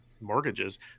mortgages